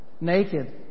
naked